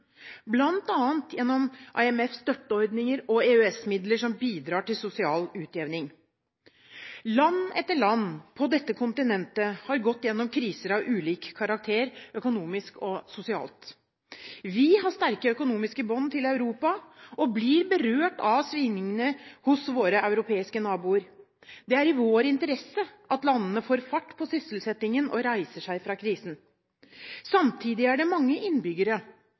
gjennom IMFs støtteordninger og EØS-midler som bidrar til sosial utjevning. Land etter land på dette kontinentet har gått gjennom kriser av ulik karakter, økonomisk og sosialt. Vi har sterke økonomiske bånd til Europa og blir berørt av svingningene hos våre europeiske naboer. Det er i vår interesse at landene får fart på sysselsettingen og reiser seg fra krisen. Samtidig er det mange innbyggere